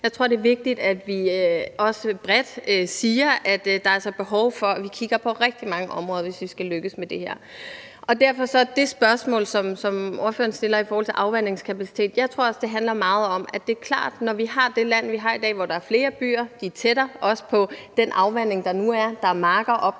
Jeg tror, det er vigtigt, at vi også bredt siger, at der altså er behov for, at vi kigger på rigtig mange områder, hvis vi skal løse det her. Derfor vil jeg sige til det spørgsmål, som ordføreren stiller i forhold til afvandingskapacitet: Jeg tror også, det handler meget om, at det er klart, når vi har det land, vi har i dag, hvor der er flere byer og de er tættere – også tættere på den afvanding, der nu er – og der er marker op